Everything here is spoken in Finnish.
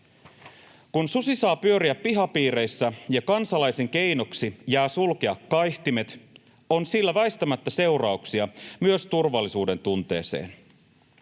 Kun susi saa pyöriä pihapiireissä ja kansalaisen keinoksi jää sulkea kaihtimet, on sillä väistämättä seurauksia myös turvallisuudentunteeseen.